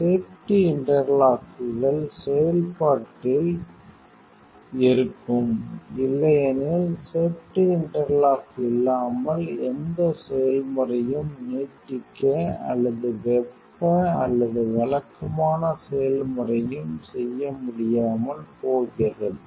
safety இன்டர்லாக்குகள் செயல்பாட்டில் இருக்கும் இல்லையெனில் சேப்டி இன்டர்லாக் இல்லாமல் எந்த செயல்முறையும் நீட்டிக்க அல்லது வெப்ப அல்லது வழக்கமான செயல்முறையும் செய்ய முடியாமல் போகிறது